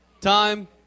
time